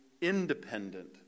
independent